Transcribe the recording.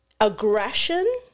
aggression